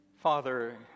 Father